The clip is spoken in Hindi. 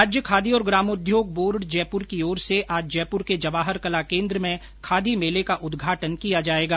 राज्य खादी और ग्रामोद्योग बोर्ड जयपुर की ओर से आज जयपुर के जवाहर कला केन्द्र में खादी मेले का उद्घाटन किया जायेगा